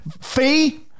fee